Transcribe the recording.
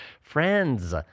Friends